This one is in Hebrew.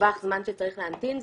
טווח זמן שצריך להמתין,